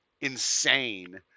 insane